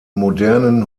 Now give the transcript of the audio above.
modernen